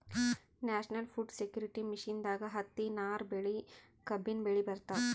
national food security ಮಿಷನ್ದಾಗ್ ಹತ್ತಿ, ನಾರ್ ಬೆಳಿ, ಕಬ್ಬಿನ್ ಬೆಳಿ ಬರ್ತವ್